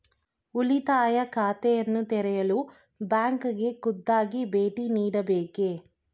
ಉಳಿತಾಯ ಖಾತೆಯನ್ನು ತೆರೆಯಲು ಬ್ಯಾಂಕಿಗೆ ಖುದ್ದಾಗಿ ಭೇಟಿ ನೀಡಬೇಕೇ?